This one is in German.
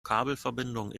kabelverbindungen